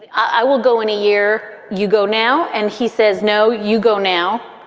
i will go in a year. you go now? and he says, no, you go now,